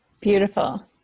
Beautiful